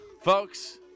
Folks